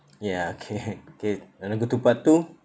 ya okay okay you want to go to part two